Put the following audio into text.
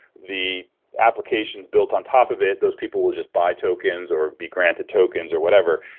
the applications built on top of it, those people will just buy tokens or be granted tokens or whatever.